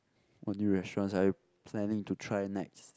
what new restaurants are you planning to try next